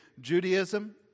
Judaism